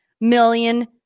million